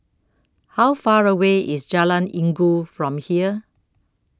How Far away IS Jalan Inggu from here